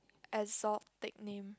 assort nick name